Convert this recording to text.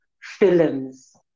films